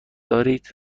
دارد